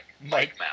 Mike